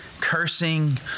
cursing